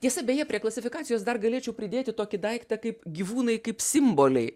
tiesa beje prie klasifikacijos dar galėčiau pridėti tokį daiktą kaip gyvūnai kaip simboliai